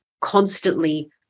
Constantly